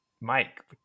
Mike